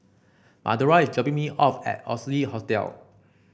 Madora is dropping me off at Oxley Hotel